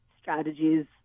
strategies